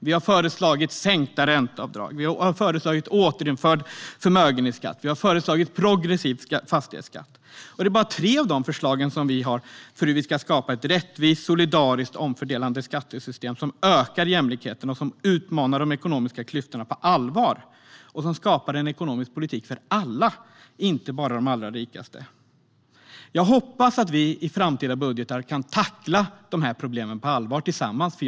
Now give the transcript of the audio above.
Vi har föreslagit sänkta ränteavdrag, återinförd förmögenhetsskatt och progressiv fastighetsskatt. Det är bara tre av våra förslag för att skapa ett rättvist, solidariskt och omfördelande skattesystem som ökar jämlikheten, utmanar de ekonomiska klyftorna på allvar och skapar en ekonomisk politik för alla, inte bara för de allra rikaste. Jag hoppas att vi tillsammans kan tackla de problemen på allvar i framtida budgetar.